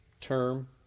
term